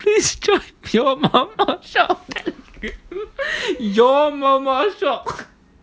please join your mama shop thank you your mama shop